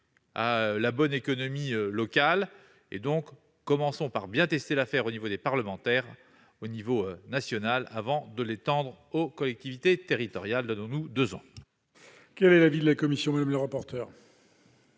à la bonne économie locale -, mais commençons par bien tester l'affaire à l'échelon des parlementaires, à l'échelon national, avant de l'étendre aux collectivités territoriales. Donnons-nous deux ans